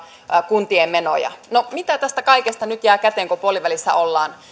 kuntien menoja no mitä tästä kaikesta nyt jää käteen kun puolivälissä ollaan